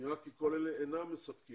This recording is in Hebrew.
נראה כי כל אלה אינם מספקים